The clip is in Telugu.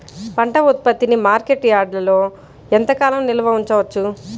పంట ఉత్పత్తిని మార్కెట్ యార్డ్లలో ఎంతకాలం నిల్వ ఉంచవచ్చు?